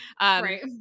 Right